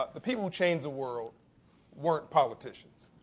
the people who change the world weren't politicians.